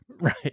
Right